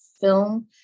film